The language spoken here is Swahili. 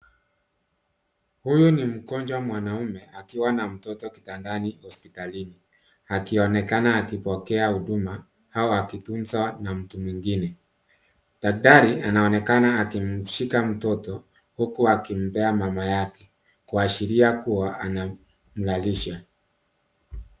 Huyu ni mgonjwa mwanaume akiwa na mtoto kitandani hospitalini akionekana akipokea huduma au akitunzwa na mtu mwingine. Daktari anaonekana akimshika mtoto huku akimpea mamake kuashiria kuwa anamlalisha.